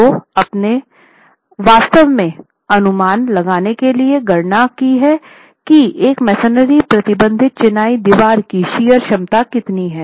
तो आपने वास्तव में अनुमान लगाने के लिए गणना की है कि एक मेसनरी अप्रतिबंधित चिनाई दीवार की शियर क्षमता कितनी है